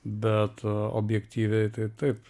bet objektyviai tai taip